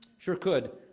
sure could.